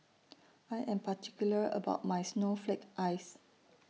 I Am particular about My Snowflake Ice